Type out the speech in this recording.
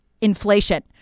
inflation